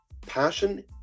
Passion